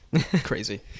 crazy